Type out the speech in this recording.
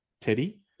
teddy